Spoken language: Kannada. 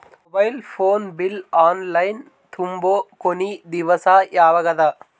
Mobile phone bill online ತುಂಬೊ ಕೊನಿ ದಿವಸ ಯಾವಗದ?